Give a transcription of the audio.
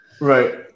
right